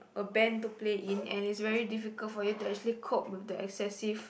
a band to play in and it's very difficult for you to actually cope with the excessive